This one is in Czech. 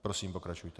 Prosím, pokračujte.